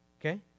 Okay